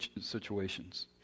situations